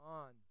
on